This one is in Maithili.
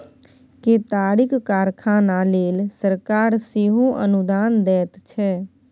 केतारीक कारखाना लेल सरकार सेहो अनुदान दैत छै